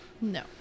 No